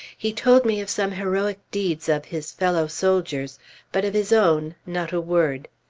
he told me of some heroic deeds of his fellow soldiers but of his own, not a word.